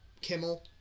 Kimmel